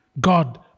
God